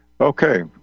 Okay